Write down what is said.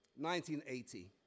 1980